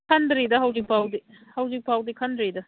ꯈꯟꯗ꯭ꯔꯤꯗ ꯍꯧꯖꯤꯛꯐꯥꯎꯗꯤ ꯍꯧꯖꯤꯛꯐꯥꯎꯗꯤ ꯈꯟꯗ꯭ꯔꯤꯗ